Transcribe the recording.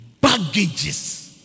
baggages